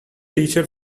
teacher